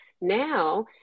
Now